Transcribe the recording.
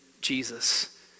Jesus